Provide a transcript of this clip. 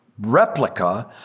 replica